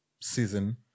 season